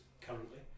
currently